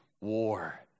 war